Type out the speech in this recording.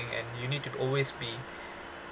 and and you need to always be